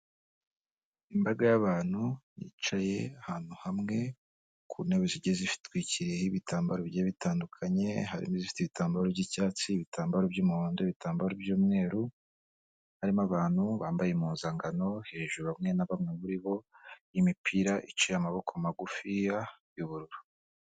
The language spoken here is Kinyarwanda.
Imbaga y'abantu yicaye ahantu hamwe ku ntebe zigiye zitwikiriyeho ibitambaro bigiye bitandukanye harimo ifite ibitambaro by'icyatsi, ibitambaro by'umuhondo, bitambaro by'umweru, harimo abantu bambaye impuzankano hejuru bamwe na bamwe muri bo, imipira iciye amaboko magufiya y'ubururu.